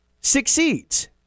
succeeds